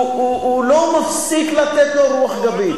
הוא לא מפסיק לתת לו רוח גבית.